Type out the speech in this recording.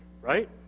right